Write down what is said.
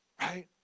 right